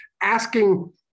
asking